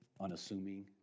unassuming